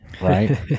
Right